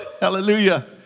Hallelujah